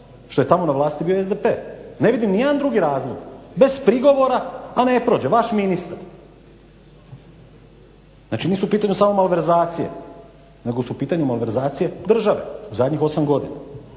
što je tamo na vlasti bio SDP. Ne vidim ni jedan drugi razlog, bez prigovora, a ne prođe vaš ministar. Znači nisu u pitanju samo malverzacije, nego su u pitanju malverzacije države u zadnjih 8 godina.